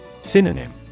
Synonym